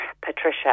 Patricia